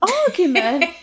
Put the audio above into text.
Argument